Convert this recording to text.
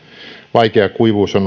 vaikea kuivuus on